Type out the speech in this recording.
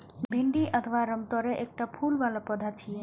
भिंडी अथवा रामतोरइ एकटा फूल बला पौधा छियै